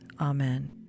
Amen